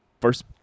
first